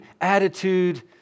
attitude